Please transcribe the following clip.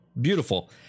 beautiful